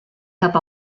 cap